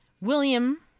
William